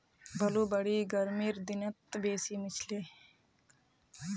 blueberry गर्मीर दिनत बेसी मिलछेक